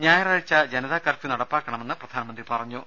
ഞായറാഴ്ച ജനതാ കർഫ്യൂ നടപ്പാക്കണമെന്ന് പ്രധാനമന്ത്രി പറഞ്ഞു